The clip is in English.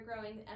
growing